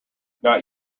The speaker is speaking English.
not